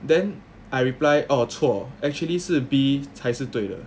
then I reply orh 错 actually 是 B 才是对的